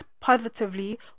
positively